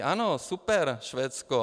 Ano, super, Švédsko.